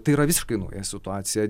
tai yra visiškai nauja situacija